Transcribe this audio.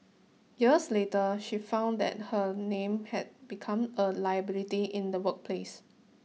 years later she found that her name had become a liability in the workplace